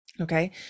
okay